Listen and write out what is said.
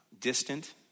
distant